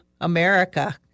America